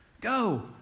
Go